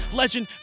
legend